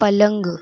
پلنگ